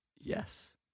Yes